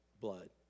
blood